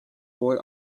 boy